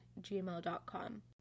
gmail.com